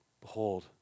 Behold